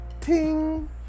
ting